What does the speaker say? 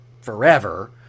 forever